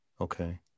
okay